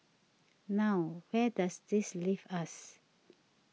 now where does this leave us